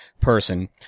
person